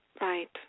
Right